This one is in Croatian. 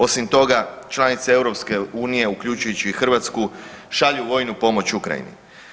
Osim toga, članice EU uključujući i Hrvatsku šalju vojnu pomoć Ukrajini.